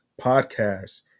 podcast